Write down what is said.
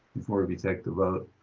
before we take the vote.